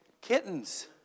kittens